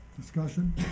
discussion